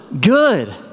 good